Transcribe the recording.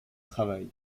travaille